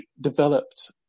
developed